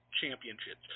championships